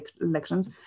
elections